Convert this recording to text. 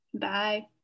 bye